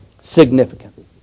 significant